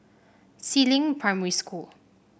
Si Ling Primary School